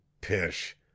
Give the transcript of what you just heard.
pish